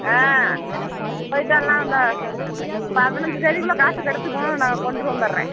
ஆ போய்விட்டு வரலாம் அந்த பதினைஞ்சு தேதிக்குள்ளே காசு கிடச்சுக்கும் நான் கொண்ட்டு வந்துடுறேன்